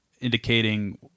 indicating